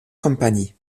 compagnies